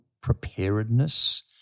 preparedness